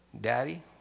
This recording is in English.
Daddy